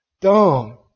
dumb